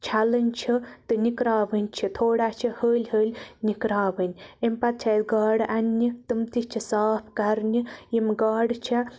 چھَلٕنۍ چھِ تہٕ نِکراوٕنۍ چھِ تھوڑا چھِ ۂلۍ ۂلۍ نِکراوٕنۍ امہِ پَتہٕ چھِ اَسہِ گاڈٕ اَننہِ تِم تہِ چھِ صاف کَرنہِ یِم گاڈٕ چھےٚ